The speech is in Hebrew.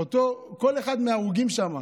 כל אחד מההרוגים שם,